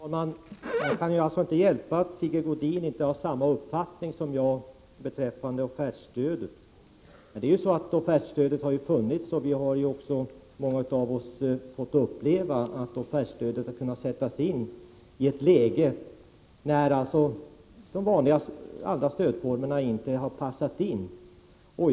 Herr talman! Jag kan inte hjälpa att Sigge Godin inte har samma uppfattning som jag beträffande offertstödet. Offertstödet finns ju redan, och många av oss har fått uppleva att offertstödet har kunnat sättas in i ett läge då de andra stödformerna inte har varit lämpliga.